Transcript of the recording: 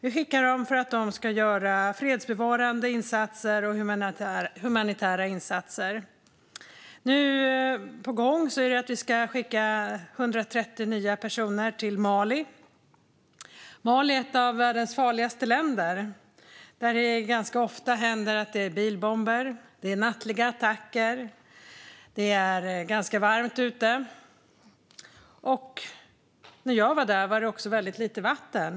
Vi skickar ut dem för att de ska göra fredsbevarande insatser och humanitära insatser. Det är på gång att vi ska skicka 130 nya personer till Mali. Mali är ett av världens farligaste länder. Där finns det ganska ofta bilbomber. Det är nattliga attacker. Det är ganska varmt ute. När jag var där fanns det väldigt lite vatten.